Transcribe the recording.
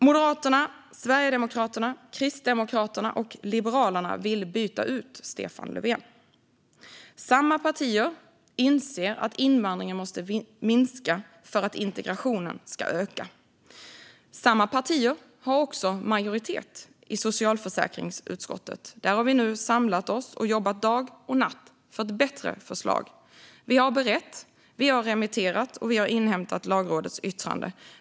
Moderaterna, Sverigedemokraterna, Kristdemokraterna och Liberalerna vill byta ut Stefan Löfven. Samma partier inser att invandringen måste minska för att integrationen ska öka. Samma partier har också majoritet i socialförsäkringsutskottet. Där har vi nu samlat oss och jobbat dag och natt för ett bättre förslag. Vi har berett, vi har remitterat och vi har inhämtat Lagrådets yttrande.